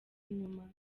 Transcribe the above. inyuma